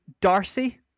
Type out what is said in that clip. Darcy